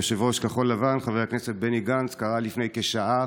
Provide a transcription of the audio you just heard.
יושב-ראש כחול לבן חבר הכנסת בני גנץ קרא לפני כשעה